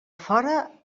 fora